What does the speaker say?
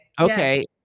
Okay